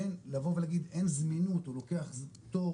בין לבוא ולהגיד אין זמינות, או לוקח זמן,